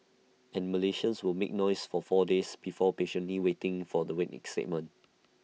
and Malaysians will make noise for four days before patiently waiting for the statement